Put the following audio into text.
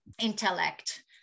intellect